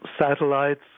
Satellites